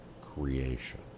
creation